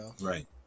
Right